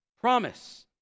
promise